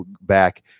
back